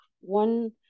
One